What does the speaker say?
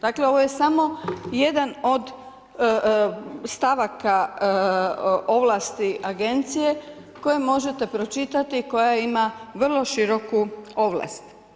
Dakle, ovo je samo jedan od stavaka ovlasti agencija koje možete pročitati, koja ima vrlo široku ovlast.